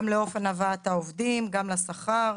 גם לאופן הבאת העובדים וגם לשכר.